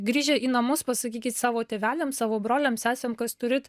grįžę į namus pasakykit savo tėveliams savo broliams sesėm kas turit